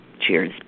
cheers